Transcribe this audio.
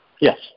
Yes